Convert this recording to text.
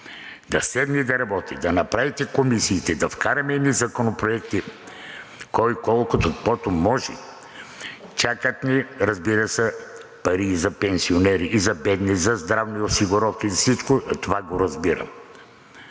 да седне да работи, да направите комисиите, да вкараме едни законопроекти – кой колкото каквото може, чакат ни, разбира се, пари и за пенсионери, и за бедни, за здравни осигуровки – всичко това го разбирам,